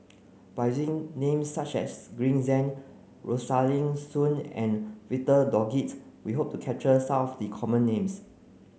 by names such as Green Zeng Rosaline Soon and Victor Doggett we hope to capture some of the common names